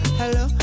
hello